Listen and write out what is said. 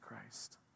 Christ